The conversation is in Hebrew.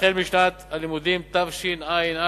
החל משנת הלימודים התשע"א,